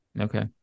Okay